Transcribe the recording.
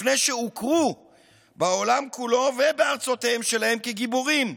לפני שהוכרו בעולם כולו ובארצותיהם שלהם כגיבורים,